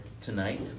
tonight